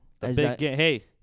Hey